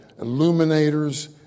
illuminators